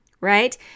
right